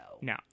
No